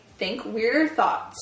thinkweirderthoughts